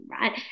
right